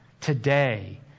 Today